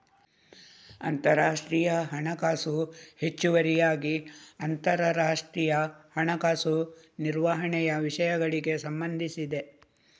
ಅಂತರರಾಷ್ಟ್ರೀಯ ಹಣಕಾಸು ಹೆಚ್ಚುವರಿಯಾಗಿ ಅಂತರರಾಷ್ಟ್ರೀಯ ಹಣಕಾಸು ನಿರ್ವಹಣೆಯ ವಿಷಯಗಳಿಗೆ ಸಂಬಂಧಿಸಿದೆ